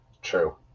True